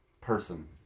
person